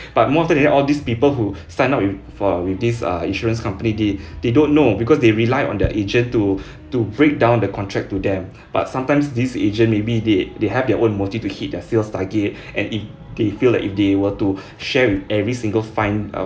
but more often than that all these people who sign up with for with this uh insurance company they they don't know because they rely on their agent to to break down the contract to them but sometimes these agent maybe they they have their own motive to hit their sales target and if they feel like if they were to share with every single fine uh